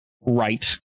right